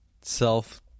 self